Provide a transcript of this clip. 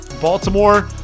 Baltimore